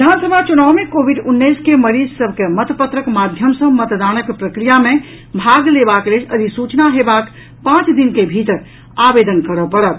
विधानसभा चुनाव मे कोविड उन्नैस के मरीज सभ के मतपत्रक माध्यम सँ मतदानक प्रक्रिया मे भाग लेबाक लेल अधिसूचना हेबाक पांच दिन के भीतर आवेदन करऽ पड़त